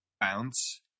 Bounce